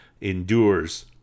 endures